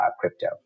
crypto